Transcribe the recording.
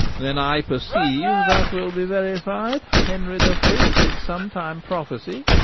then i perceiue, that will be verified henry the fift did sometime prophesie.